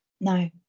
No